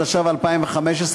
התשע"ו 2015,